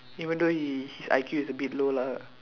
even though he his I_Q is a bit low lah